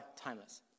timeless